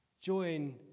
join